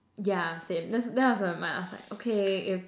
yeah same that's that was uh my I was like okay if